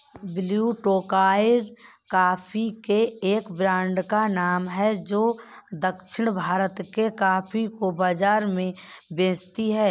blue Tokai coffee के एक brand का नाम है जो दक्षिण भारत के कॉफी को बाजार में बेचती है